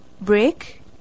break